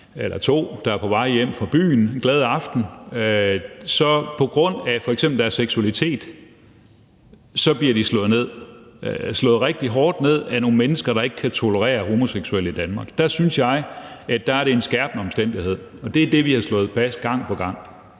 mennesker, der er på vej hjem fra byen efter en glad aften, og som på grund af deres seksualitet bliver slået ned, bliver slået ned på en rigtig voldsom måde, af nogle mennesker, der ikke kan tolerere homoseksuelle i Danmark. Der synes jeg, at det er en skærpende omstændighed, og det er det, vi har slået fast gang på gang.